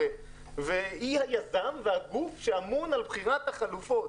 והיא היזם והגוף שאמון על בחירת החלופות,